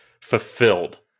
fulfilled